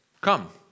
come